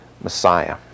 Messiah